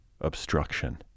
obstruction